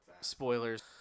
spoilers